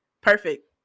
perfect